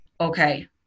okay